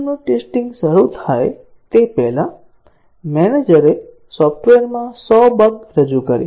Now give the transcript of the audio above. સિસ્ટમનું ટેસ્ટીંગ શરૂ થાય તે પહેલાં મેનેજરે સોફ્ટવેરમાં 100 બગ રજૂ કરી